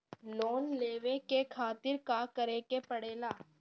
Loan लेवे के खातिर का करे के पड़ेला?